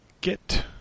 get